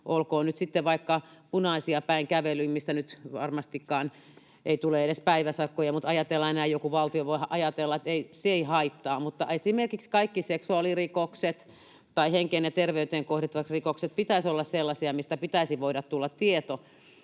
olkoon nyt sitten vaikka kävely punaisia päin, mistä nyt varmastikaan ei tule edes päiväsakkoja, mutta ajatellaan näin, ja joku valtio voi ajatella, että se ei haittaa. Mutta esimerkiksi kaikki seksuaalirikokset tai henkeen ja terveyteen kohdistuvat rikokset pitäisivät olla sellaisia, mistä pitäisi voida tulla tieto.